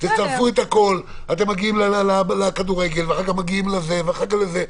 אתם מגיעים לכדורגל ואחר כך לזה ולזה.